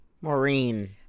Maureen